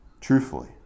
Truthfully